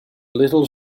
little